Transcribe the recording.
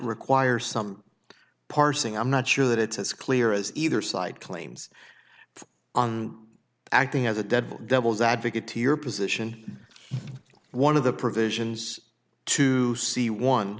requires some parsing i'm not sure that it's as clear as either side claims on acting as a dead devil's advocate to your position one of the provisions to see one